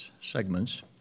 segments